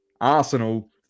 Arsenal